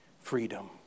freedom